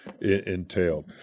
entailed